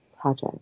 project